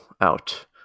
out